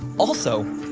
also,